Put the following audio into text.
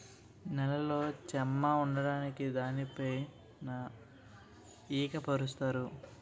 నేలలో చెమ్మ ఉండడానికి దానిపైన ఊక పరుత్తారు